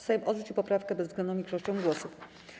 Sejm odrzucił poprawkę bezwzględną większością głosów.